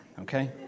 okay